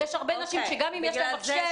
ויש הרבה נשים שגם אם יש להן מחשב,